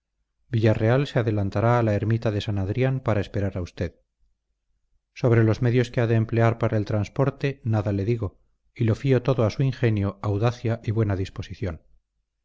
villarreal se adelantará a la ermita de san adrián para esperar a usted sobre los medios que ha de emplear para el transporte nada le digo y lo fío todo a su ingenio audacia y buena disposición